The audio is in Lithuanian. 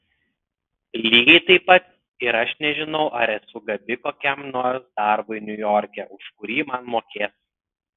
lygiai taip pat ir aš nežinau ar esu gabi kokiam nors darbui niujorke už kurį man mokės